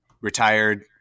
retired